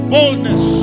Boldness